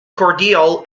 cordial